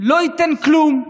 לא ייתן כלום,